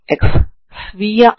ఇప్పుడు మీకు u2xξ0 కూడా తెలుసు